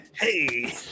Hey